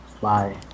bye